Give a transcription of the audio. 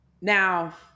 now